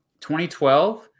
2012